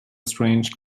strange